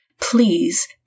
Please